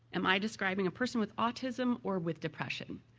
am i describing a person with autism or with depression?